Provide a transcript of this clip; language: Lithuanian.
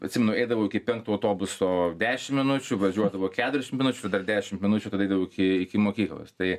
atsimenu eidavau iki penkto autobuso dešim minučių važiuodavo keturiasdešim minučių dar dešimt minučių tada eidavau iki iki mokyklos tai